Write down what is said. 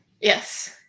Yes